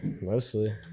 mostly